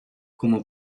como